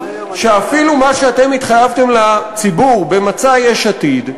שאפילו מה שאתם התחייבתם לציבור במצע יש עתיד,